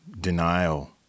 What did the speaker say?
denial